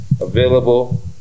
Available